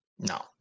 No